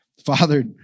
Father